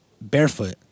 barefoot